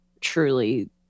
truly